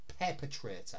perpetrator